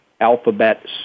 Alphabet